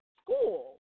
school